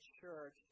church